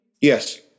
yes